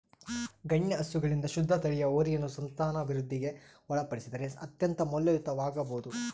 ಗಣ್ಯ ಹಸುಗಳಿಂದ ಶುದ್ಧ ತಳಿಯ ಹೋರಿಯನ್ನು ಸಂತಾನವೃದ್ಧಿಗೆ ಒಳಪಡಿಸಿದರೆ ಅತ್ಯಂತ ಮೌಲ್ಯಯುತವಾಗಬೊದು